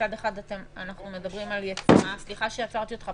מצד אחד אנחנו מדברים על יצירה סליחה שעצרתי אותך,